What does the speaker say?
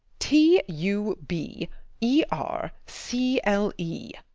t u b e r c l e.